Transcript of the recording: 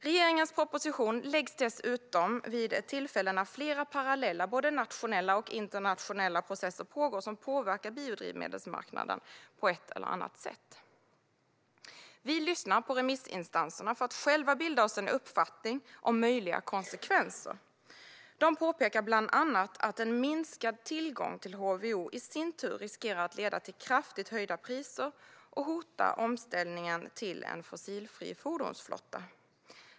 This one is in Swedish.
Regeringens proposition läggs dessutom fram vid ett tillfälle då flera parallella, både nationella och internationella, processer pågår som påverkar biodrivmedelsmarknaden på ett eller annat sätt. Vi lyssnar på remissinstanserna, för att bilda oss en uppfattning om möjliga konsekvenser. De påpekar bland annat att minskad tillgång till HVO i sin tur riskerar att leda till kraftigt höjda priser och riskerar att hota omställningen till en fossilfri fordonsflotta.